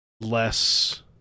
less